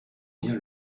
vient